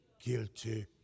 guilty